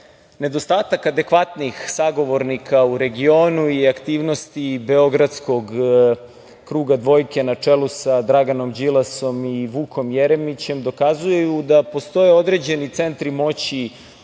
nedostatak adekvatnih sagovornika u regionu i aktivnosti beogradskog kruga dvojke na čelu sa Draganom Đilasom i Vukom Jeremićem dokazuju da postoje određeni centri moći